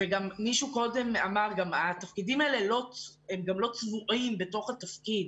מישהו קודם אמר שהתפקידים האלה לא צבועים בתוך התפקיד.